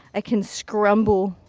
i can scrumble.